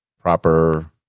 proper